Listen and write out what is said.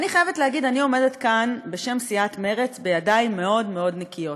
אני חייבת להגיד שאני עומדת כאן בשם סיעת מרצ בידיים מאוד מאוד נקיות.